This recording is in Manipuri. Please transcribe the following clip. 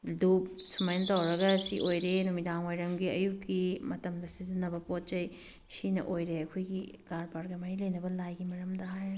ꯗꯨꯞ ꯁꯨꯃꯥꯏꯅ ꯇꯧꯔꯒ ꯁꯤ ꯑꯣꯏꯔꯦ ꯅꯨꯃꯤꯡꯗꯥꯡ ꯋꯥꯏꯔꯝꯒꯤ ꯑꯌꯨꯛꯀꯤ ꯃꯇꯝꯗ ꯁꯤꯖꯤꯟꯅꯕ ꯄꯣꯠ ꯆꯩ ꯁꯤꯅ ꯑꯣꯏꯔꯦ ꯑꯩꯈꯣꯏꯒꯤ ꯀꯔꯕꯥꯔꯒ ꯃꯔꯤ ꯂꯩꯅꯕ ꯂꯥꯏꯒꯤ ꯃꯔꯝꯗ ꯍꯥꯏꯔꯒꯗꯤ